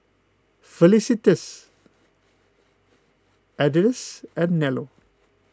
Felicitas Ardyce and Nello